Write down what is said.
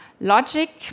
logic